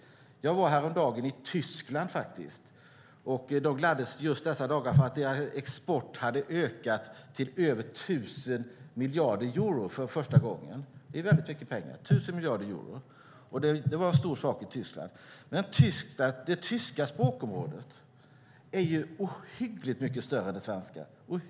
Jag var häromdagen i Tyskland, och där gladde de sig över att deras export nu hade ökat till över 1 000 miljarder euro för första gången. Det är mycket pengar, och det var en stor sak i Tyskland. Men det tyska språkområdet är ju ohyggligt mycket större än det svenska.